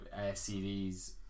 CDs